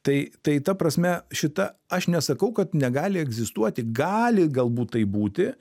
tai tai ta prasme šita aš nesakau kad negali egzistuoti gali galbūt tai būti